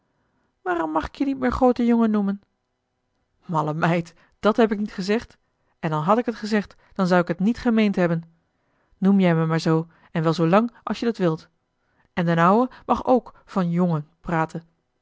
waarom mag ik je niet meer groote jongen noemen malle meid dàt heb ik niet gezegd en al had ik het gezegd dan zou ik het niet gemeend hebben noem jij me maar zoo en wel zoolang als je dat wilt en d'n ouwe mag ook van jongen praten